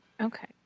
Okay